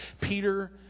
Peter